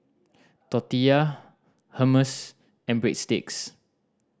Tortillas Hummus and Breadsticks